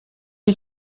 est